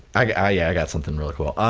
i ah yeah got something really cool.